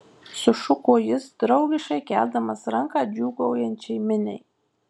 sušuko jis draugiškai keldamas ranką džiūgaujančiai miniai